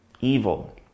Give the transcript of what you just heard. evil